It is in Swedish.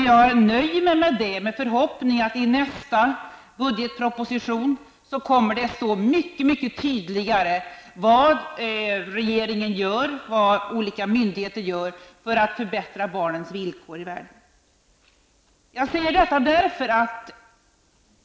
Jag nöjer mig med det, med förhoppningen att det i nästa budgetproposition kommer att stå mycket tydligare vad regeringen gör och vad olika myndigheter gör för att förbättra barnens villkor i världen.